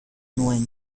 nuen